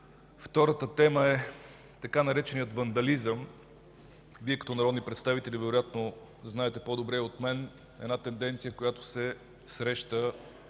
Втората тема е така нареченият „вандализъм”. Като народни представители вероятно знаете по-добре от мен една тенденция, която се среща